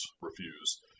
refuse